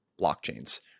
blockchains